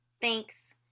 Thanks